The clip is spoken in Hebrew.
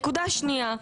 נקודה שנייה.